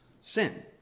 sin